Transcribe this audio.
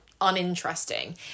uninteresting